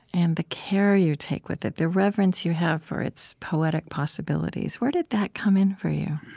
and the care you take with it, the reverence you have for its poetic possibilities? where did that come in for you?